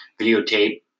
videotape